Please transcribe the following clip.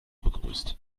begrüßt